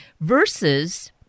versus